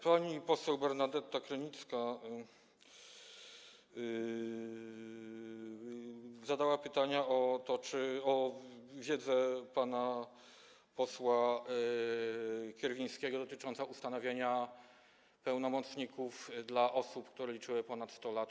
Pani poseł Bernadeta Krynicka zadała pytania o wiedzę pana posła Kierwińskiego dotyczącą ustanowienia pełnomocników dla osób, które liczyły ponad 100 lat.